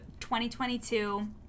2022